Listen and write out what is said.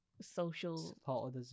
social